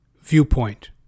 viewpoint